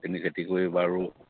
এনেই খেতি কৰি এইবাৰো